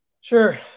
Sure